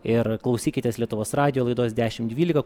ir klausykitės lietuvos radijo laidos dešim dvylika